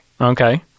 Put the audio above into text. okay